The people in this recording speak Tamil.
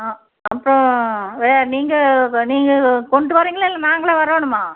ஆ அப்போது வேறு நீங்கள் நீங்கள் கொண்டுட்டு வரீங்களா இல்லை நாங்களே வரணுமா